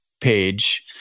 page